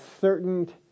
certain